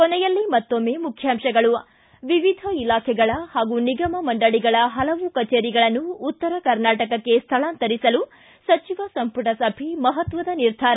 ಕೊನೆಯಲ್ಲಿ ಮತ್ತೊಮ್ಬೆ ಮುಖ್ಯಾಂಶಗಳು ಿ ವಿವಿಧ ಇಲಾಖೆಗಳ ಹಾಗೂ ನಿಗಮ ಮಂಡಳಗಳ ಹಲವು ಕಚೇರಿಗಳನ್ನು ಉತ್ತರ ಕರ್ನಾಟಕಕ್ಕೆ ಸ್ಥಳಾಂತರಿಸಲು ಸಚಿವ ಸಂಪುಟ ಸಭೆ ಮಹತ್ವದ ನಿರ್ಧಾರ